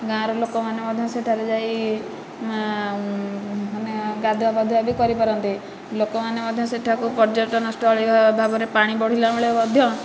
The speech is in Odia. ଗାଁ'ର ଲୋକମାନେ ମଧ୍ୟ ସେଠାରେ ଯାଇ ମାନେ ଗାଧୁଆ ପାଧୁଆ ବି କରିପାରନ୍ତେ ଲୋକମାନେ ମଧ୍ୟ ସେଠାକୁ ପର୍ଯ୍ୟଟନସ୍ଥଳୀ ଭାବରେ ପାଣି ବଢ଼ିଲା ବେଳେ ମଧ୍ୟ